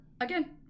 again